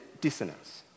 dissonance